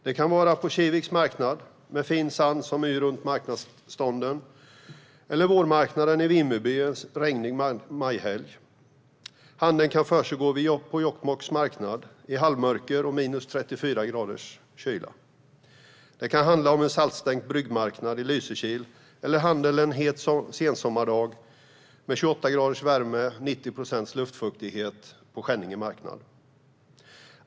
Det kan vara på Kiviks marknad med fin sand som yr runt marknadsstånden eller på vårmarknaden i Vimmerby en regnig majhelg. Handeln kan försiggå på Jokkmokks marknad i halvmörker och minus 34 graders kyla. Det kan handla om en saltstänkt bryggmarknad i Lysekil eller om handel en het sensommardag med 28 graders värme och 90-procentig luftfuktighet på Skänninge marknad.